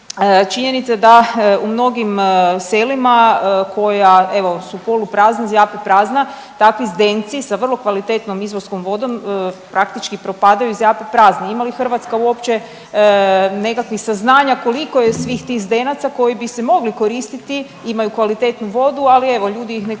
činjenica je da u mnogim selima koja evo su poluprazna, zjape prazna, takvi zdenci sa vrlo kvalitetnom izvorskom vodom praktički propadaju i zjape prazni. Ima li Hrvatska uopće nekakvih saznanja koliko je svih tih zdenaca koji bi se mogli koristiti, imaju kvalitetnu vodu, ali evo ljudi ih ne koriste